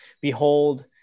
behold